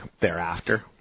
thereafter